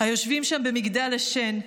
היושבים שם במגדל השן,